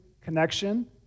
connection